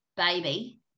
baby